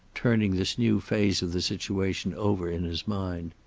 turning this new phase of the situation over in his mind.